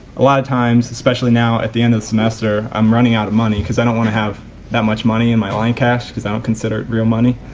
a lot of times especially now at the end of the semester i'm running out of money because i don't have to have that much money in my lion cash, because i don't consider it real money.